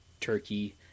turkey